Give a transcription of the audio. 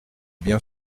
bien